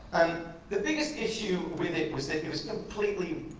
um the biggest issue with it was that it was completely,